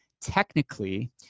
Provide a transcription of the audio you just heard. Technically